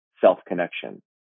self-connection